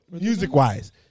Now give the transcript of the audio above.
Music-wise